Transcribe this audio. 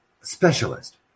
specialist